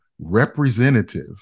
representative